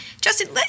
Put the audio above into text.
Justin